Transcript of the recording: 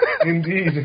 Indeed